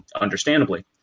understandably